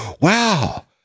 wow